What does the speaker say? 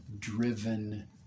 driven